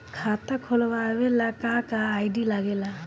खाता खोलवावे ला का का आई.डी लागेला?